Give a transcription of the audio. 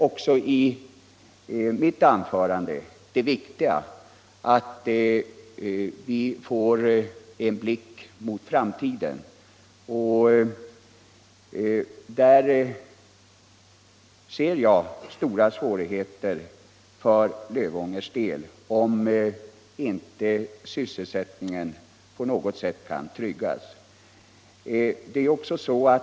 = Också jag finner det viktiga nu vara att vi får en blick mot framtiden, Om sysselsättningen och där ser jag stora svårigheter för Lövångers del, om inte sysselsätt — vid Sonabs anläggningen på något sätt kan tryggas.